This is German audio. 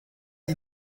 die